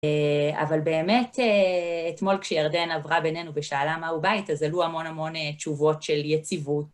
אבל באמת אתמול כשירדן עברה בינינו ושאלה מהו בית, אז עלו המון המון תשובות של יציבות.